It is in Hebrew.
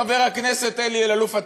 חבר הכנסת אלי אלאלוף,